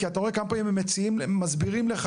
כי אתה רואה כמה פעמים הם מסבירים לך